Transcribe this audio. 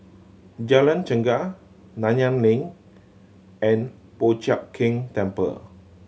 Jalan Chegar Nanyang Link and Po Chiak Keng Temple